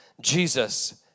Jesus